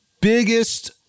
Biggest